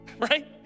right